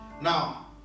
Now